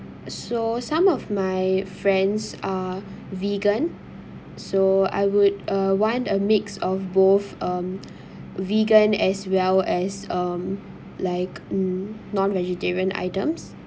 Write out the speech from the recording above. so some of my friends are vegan so I would uh want a mix of both um vegan as well as um like non vegetarian items